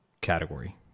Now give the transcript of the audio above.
category